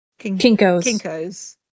Kinko's